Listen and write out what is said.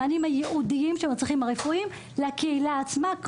המענים הייעודיים של הצרכים הרפואיים לקהילה עצמה,